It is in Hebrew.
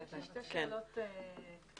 יש לי שתי שאלות קצרות.